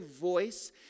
voice